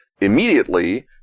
immediately